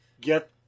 get